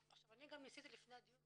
ניסיתי לפני הדיון,